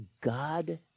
God